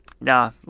no